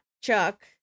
Chuck